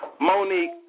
Monique